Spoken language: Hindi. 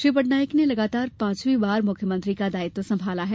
श्री पटनायक ने लगातार पांचवी बार मुख्यमंत्री का दायित्व संभाला है